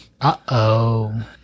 Uh-oh